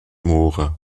moore